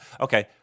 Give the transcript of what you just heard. Okay